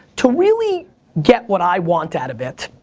to really get what i want out of it,